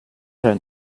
don’t